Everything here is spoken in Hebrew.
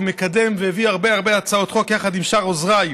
ומקדם והביא הרבה הרבה הצעות חוק יחד עם שאר עוזריי,